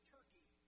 Turkey